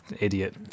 idiot